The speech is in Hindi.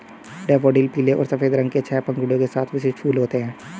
डैफ़ोडिल पीले और सफ़ेद रंग के छह पंखुड़ियों के साथ विशिष्ट फूल होते हैं